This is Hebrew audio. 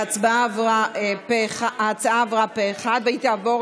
ההצעה עברה פה אחד, והיא תעבור